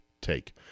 take